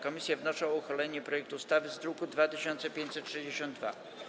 Komisje wnoszą o uchwalenie projektu ustawy z druku nr 2562.